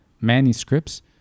manuscripts